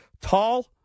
tall